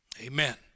Amen